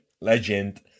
legend